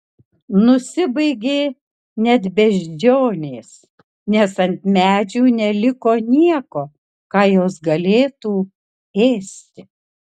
nusibaigė net beždžionės nes ant medžių neliko nieko ką jos galėtų ėsti